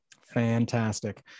Fantastic